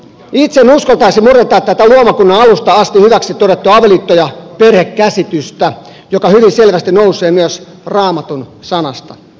itse en uskaltaisi murentaa tätä luomakunnan alusta asti hyväksi todettua avioliitto ja perhekäsitystä joka hyvin selvästi nousee myös raamatun sanasta